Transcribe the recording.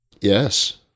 Yes